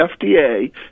FDA